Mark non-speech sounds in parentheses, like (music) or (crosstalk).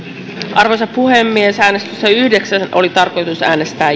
arvoisa puhemies äänestyksessä yhdeksän oli tarkoitus äänestää (unintelligible)